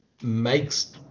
makes